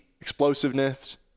explosiveness